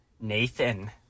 Nathan